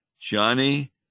Johnny